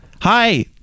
hi